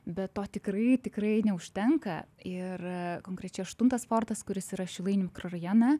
bet to tikrai tikrai neužtenka ir konkrečiai aštuntas fortas kuris yra šilainių mikrorajone